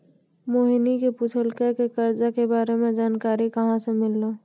मोहिनी ने पूछलकै की करजा के बारे मे जानकारी कहाँ से मिल्हौं